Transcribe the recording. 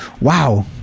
Wow